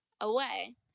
away